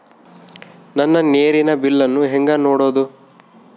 ನನ್ನ ನೇರಿನ ಬಿಲ್ಲನ್ನು ಹೆಂಗ ನೋಡದು?